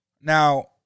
now